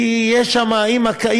מה זאת אומרת?